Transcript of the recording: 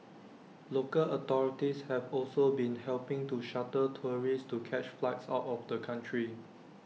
local authorities have also been helping to shuttle tourists to catch flights out of the country